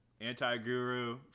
anti-guru